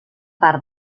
part